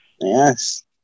yes